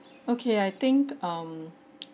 okay I think um